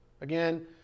Again